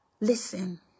listen